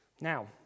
Now